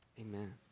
amen